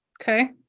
Okay